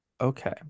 Okay